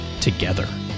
together